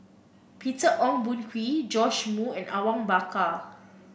Peter Ong Boon Kwee Joash Moo and Awang Bakar